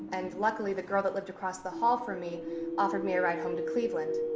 and luckily the girl that live across the hall from me offered me a ride home to cleveland.